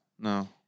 no